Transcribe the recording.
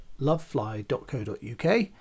lovefly.co.uk